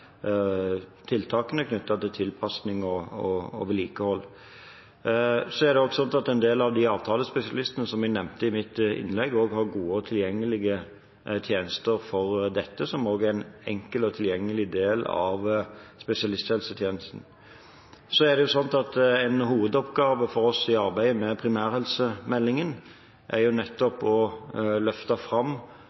tiltakene knyttet til tilpasning og vedlikehold. En del av de avtalespesialistene som jeg nevnte i mitt innlegg, har også gode og tilgjengelige tjenester for dette, som også er en enkel og tilgjengelig del av spesialisthelsetjenesten. En hovedoppgave for oss i arbeidet med primærhelsemeldingen er jo nettopp å løfte fram